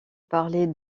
parler